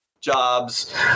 jobs